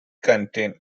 contain